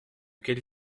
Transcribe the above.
quelle